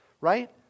right